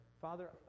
Father